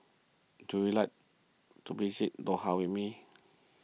do you like to visit Doha with me